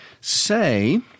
say